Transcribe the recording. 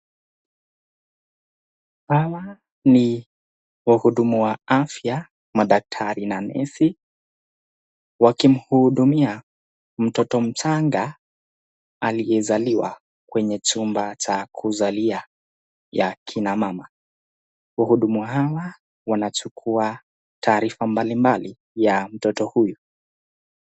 Hawa ni wahudumu wa afya madaktari na nesi wakimhudumia mtoto mchanga aliyezaliwa kwenye chumba cha kuzalia ya kina mama. Wahudumu hawa wanachukuwa taarifa mbalimbali ya mtoto huyu.